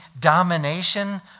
domination